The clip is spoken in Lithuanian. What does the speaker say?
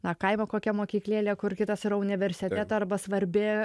na kaimo kokia mokyklėlė kur kitas yra universiteto arba svarbi